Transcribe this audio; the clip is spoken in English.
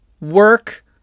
work